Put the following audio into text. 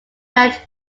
married